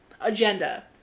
agenda